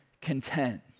content